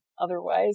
otherwise